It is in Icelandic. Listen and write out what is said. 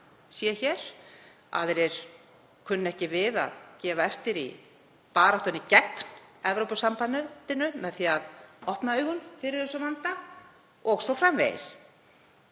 sé hér, aðrir kunna ekki við að gefa eftir í baráttunni gegn Evrópusambandinu með því að opna augun fyrir þessum vanda o.s.frv.